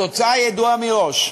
התוצאה ידועה מראש,